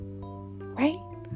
Right